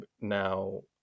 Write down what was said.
now